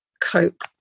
Coke